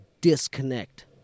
disconnect